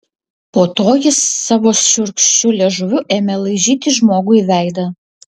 po to jis savo šiurkščiu liežuviu ėmė laižyti žmogui veidą